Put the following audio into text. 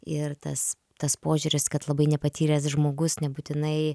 ir tas tas požiūris kad labai nepatyręs žmogus nebūtinai